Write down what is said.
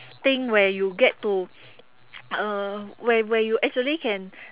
thing where you get to uh where where you can actually can